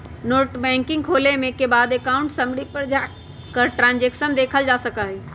net banking खोले के बाद अकाउंट समरी पर जाकर ट्रांसैक्शन देखलजा सका हई